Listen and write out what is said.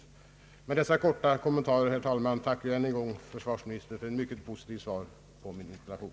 Med dessa korta kommentarer tackar jag, herr talman, än en gång försvarsministern för svaret på min interpellation.